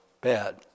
bad